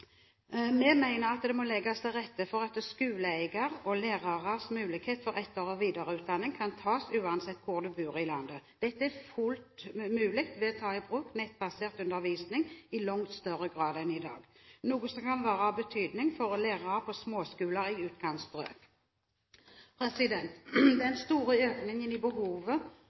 at skoleeier gir lærerne mulighet for etter- og videreutdanning uansett hvor de bor i landet. Dette er fullt mulig ved å ta i bruk nettbasert undervisning i langt større grad enn i dag, noe som kan være av betydning for lærere på småskoler i utkantstrøk. Den store økningen i behovet